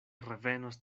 revenos